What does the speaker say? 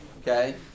okay